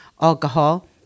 alcohol